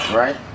right